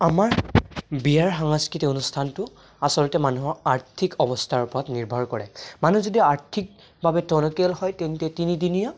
আমাৰ বিয়াৰ সাংস্কৃতিক অনুষ্ঠানটো আচলতে মানুহৰ আৰ্থিক অৱস্থাৰ ওপৰত নিৰ্ভৰ কৰে মানুহ যদি আৰ্থিকভাৱে টনকিয়াল হয় তেন্তে তিনিদিনীয়া